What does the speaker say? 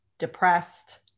depressed